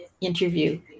interview